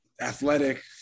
athletic